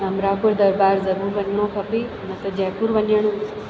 अमरापुर दरॿारि ज़रूर वञिणो खपे न त जयपुर वञणु